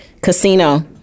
Casino